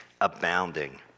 abounding